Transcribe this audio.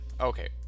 okay